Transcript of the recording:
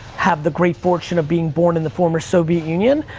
have the great fortune of being born in the former soviet union,